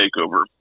takeover